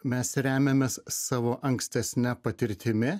mes remiamės savo ankstesne patirtimi